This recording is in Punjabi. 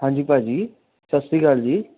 ਹਾਂਜੀ ਭਾਅ ਜੀ ਸਤਿ ਸ਼੍ਰੀ ਅਕਾਲ ਜੀ